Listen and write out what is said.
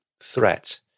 threat